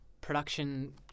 production